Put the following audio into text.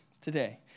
today